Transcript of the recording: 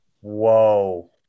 whoa